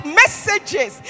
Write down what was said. messages